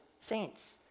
Saints